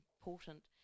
important